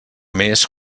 més